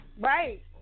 Right